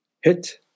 hit